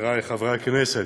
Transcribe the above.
חברי חברי הכנסת,